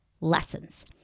lessons